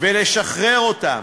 ולשחרר אותם.